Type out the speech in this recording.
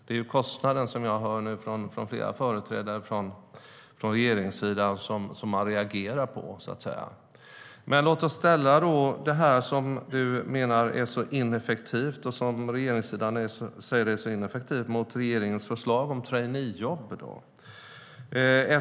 Det är kostnaden som jag hör att flera företrädare för regeringssidan reagerar på. Låt oss då ställa det här som Teresa Carvalho och regeringssidan säger är så ineffektivt mot regeringens förslag om traineejobb.